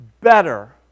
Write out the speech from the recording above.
better